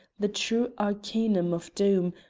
the true arcanum of doom,